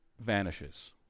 vanishes